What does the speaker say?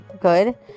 good